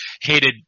hated